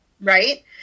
Right